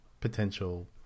potential